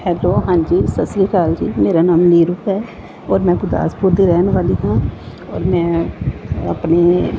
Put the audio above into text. hello ਹਾਂਜੀ ਸਤਿ ਸ਼੍ਰੀ ਅਕਾਲ ਜੀ ਮੇਰਾ ਨਾਮ ਨੀਰੂ ਹੈ ਔਰ ਮੈਂ ਗੁਰਦਾਸਪੁਰ ਦੇ ਰਹਿਣ ਵਾਲੀ ਹਾਂ ਔਰ ਮੈਂ ਆਪਣੀ